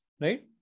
right